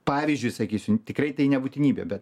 pavyzdžiui sakysim tikrai tai ne būtinybė bet